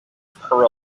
per